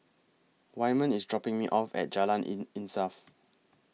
Wyman IS dropping Me off At Jalan in Insaf